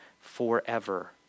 forever